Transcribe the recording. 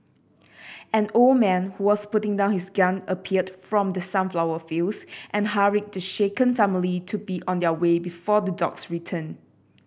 an old man who was putting down his gun appeared from the sunflower fields and hurried the shaken family to be on their way before the dogs return